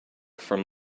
from